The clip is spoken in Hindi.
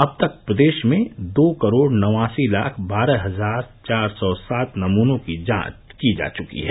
अब तक प्रदेश में दो करोड़ नवासी लाख बारह हजार चार सौ सात नमूनों की जांच की जा चुकी है